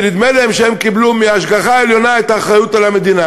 שנדמה להם שהם קיבלו מההשגחה העליונה את האחריות על המדינה,